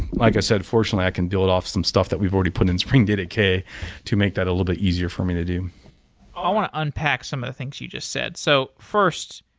like i said, fortunately i can build off some stuff that we've already put in spring data kay to make that a little bit easier for me to do i want to unpack some of the things you just said. so first,